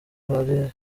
hari